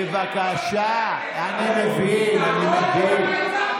בבקשה, אני מבין, אני מבין.